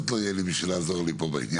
לא יהיה לי בשביל לעזור לי פה בעניין.